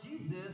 Jesus